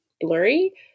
blurry